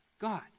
God